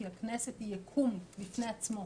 כי הכנסת היא יקום בפני עצמו,